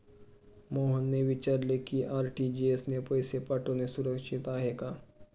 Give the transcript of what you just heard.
मोहनने विचारले की आर.टी.जी.एस ने पैसे पाठवणे सुरक्षित आहे का?